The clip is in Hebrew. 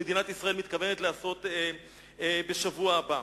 שמדינת ישראל מתכוונת לעשות בשבוע הבא.